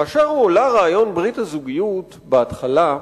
כאשר עלתה ברית הזוגיות בהתחלה,